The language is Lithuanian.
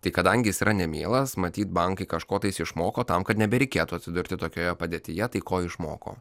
tai kadangi jis yra nemielas matyt bankai kažko tai išmoko tam kad nebereikėtų atsidurti tokioje padėtyje tai ko išmoko